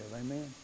Amen